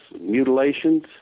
mutilations